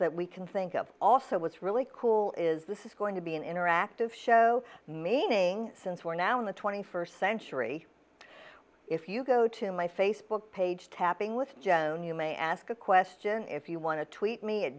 that we can think of also what's really cool is this is going to be an interactive show meaning since we're now in the twenty first century if you go to my facebook page tapping with john you may ask a question if you want to tweet me